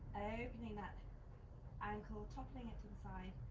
opening that ankle, toppling it to the side,